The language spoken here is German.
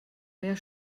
mehr